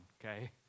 okay